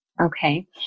Okay